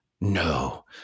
no